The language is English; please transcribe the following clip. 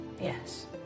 Yes